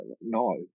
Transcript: no